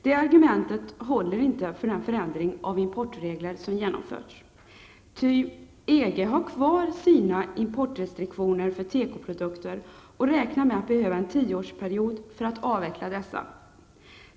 Det argumentet håller inte för den förändring av importregler som genomförs. Ty EG har kvar sina importrestriktioner för tekoprodukter och räknar med att behöva en tioårsperiod för att avveckla dessa.